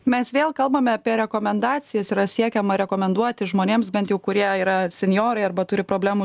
mes vėl kalbame apie rekomendacijas yra siekiama rekomenduoti žmonėms bent jau kurie yra senjorai arba turi problemų